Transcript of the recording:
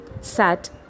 sat